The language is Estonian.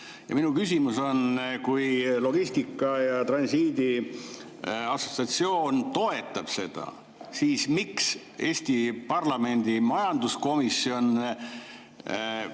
Minu küsimus on: kui Logistika ja Transiidi Assotsiatsioon toetab seda, siis miks Eesti parlamendi majanduskomisjon